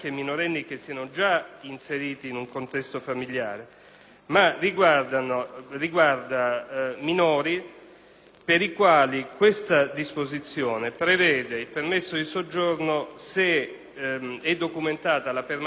familiare, ma minori per i quali tale disposizione prevede il permesso di soggiorno, se è documentata la permanenza in Italia da almeno tre anni (lo ricordava correttamente la senatrice Serafini),